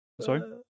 Sorry